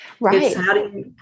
Right